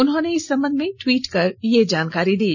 उन्होंने इस संबंध में ट्वीट कर जानकारी दी